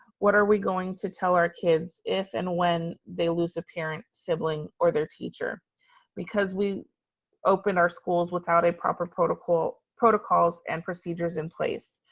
what are we going to tell our kids if and when they lose a parent, sibling, or their teacher because we opened our schools without proper protocols protocols and procedures in place?